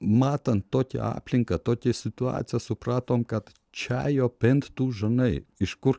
matant tokią aplinką tokią situaciją supratom kad čia jau bent tu žinai iš kur